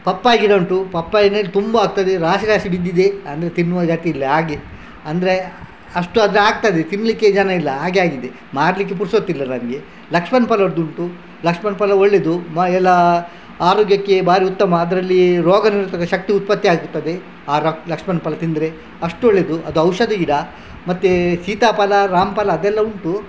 papaya ಗಿಡ ಉಂಟು papaya ಹಣ್ಣು ತುಂಬ ಆಗ್ತದೆ ರಾಶಿ ರಾಶಿ ಬಿದ್ದಿದೆ ಅಂದರೆ ತಿನ್ನುವರು ಗತಿಯಿಲ್ಲ ಹಾಗೆ ಅಂದರೆ ಅಷ್ಟು ಅದಾಗ್ತದೆ ತಿನ್ನಲಿಕ್ಕೆ ಜನಯಿಲ್ಲ ಹಾಗೆ ಆಗಿದೆ ಮಾರಲಿಕ್ಕೆ ಪುರಸೊತ್ತಿಲ್ಲ ನನ್ಗೆ ಲಕ್ಷ್ಮಣ ಫಲದ್ದುಂಟು ಲಕ್ಷ್ಮಣ ಫಲ ಒಳ್ಳೇದು ಮ ಎಲ್ಲಾ ಆರೋಗ್ಯಕ್ಕೆ ಭಾರಿ ಉತ್ತಮ ಅದರಲ್ಲಿ ರೋಗನಿರೋಧಕ ಶಕ್ತಿ ಉತ್ಪತ್ತಿ ಆಗುತ್ತದೆ ಆ ಲಕ್ಷ್ಮಣ ಫಲ ತಿಂದರೆ ಅಷ್ಟು ಒಳ್ಳೆದು ಅದು ಔಷಧಿ ಗಿಡ ಮತ್ತೆ ಸೀತಾಫಲ ರಾಂಫಲ ಅದೆಲ್ಲ ಉಂಟು